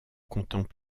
comptant